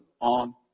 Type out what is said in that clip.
on